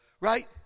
right